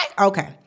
Okay